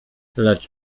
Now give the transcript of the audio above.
lecz